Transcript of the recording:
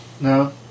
No